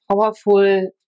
powerful